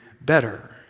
better